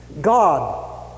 God